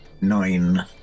Nine